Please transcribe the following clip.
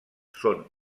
són